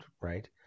right